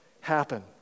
happen